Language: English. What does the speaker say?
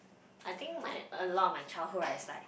I think my a lot of my childhood right is like